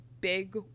big